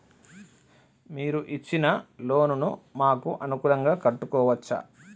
మీరు ఇచ్చిన లోన్ ను మాకు అనుకూలంగా కట్టుకోవచ్చా?